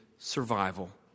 Survival